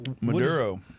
Maduro